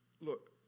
look